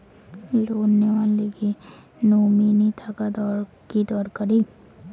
Loan নেওয়ার গেলে nominee থাকা কি দরকারী?